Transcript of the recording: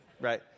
right